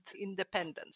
independence